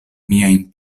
miajn